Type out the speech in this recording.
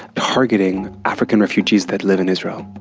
targeting african refugees that live in israel,